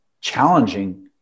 challenging